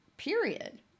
period